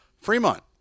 Fremont